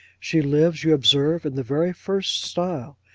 she lives, you observe, in the very first style.